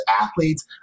athletes